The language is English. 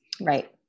Right